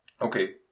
okay